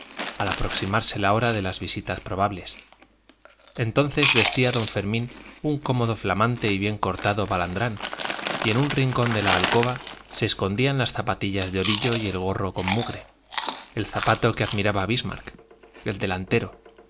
al aproximarse la hora de las visitas probables entonces vestía don fermín un cómodo flamante y bien cortado balandrán y en un rincón de la alcoba se escondían las zapatillas de orillo y el gorro con mugre el zapato que admiraba bismarck el delantero